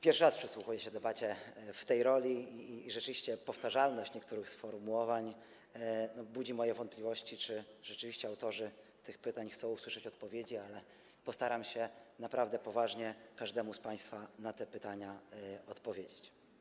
Pierwszy raz przysłuchuję się debacie w tej roli i rzeczywiście powtarzalność niektórych sformułowań budzi moje wątpliwości co do tego, czy rzeczywiście autorzy tych pytań chcą usłyszeć odpowiedzi, ale postaram się naprawdę poważnie każdemu z państwa na te pytania odpowiedzieć.